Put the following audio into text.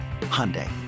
Hyundai